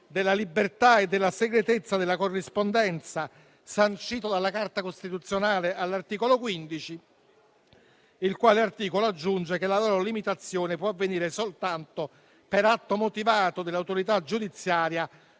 della libertà e della segretezza della corrispondenza, principio sancito dalla Carta costituzionale all'articolo 15; il quale articolo aggiunge che la loro limitazione può avvenire soltanto per atto motivato dell'autorità giudiziaria